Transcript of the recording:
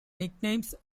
nicknames